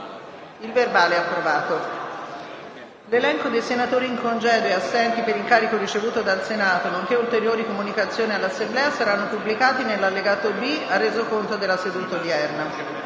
nuova finestra"). L'elenco dei senatori in congedo e assenti per incarico ricevuto dal Senato, nonché ulteriori comunicazioni all'Assemblea saranno pubblicati nell'allegato B al Resoconto della seduta odierna.